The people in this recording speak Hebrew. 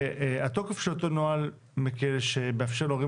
והתוקף של אותו נוהל מקל שמאפשר להורים